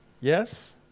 Yes